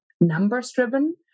numbers-driven